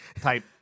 type